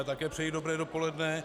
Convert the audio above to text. Také přeji dobré dopoledne.